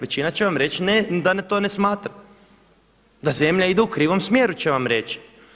Većina će vam reći da to ne smatra, da zemlja ide u krivom smjeru će vam reći.